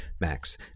Max